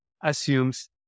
assumes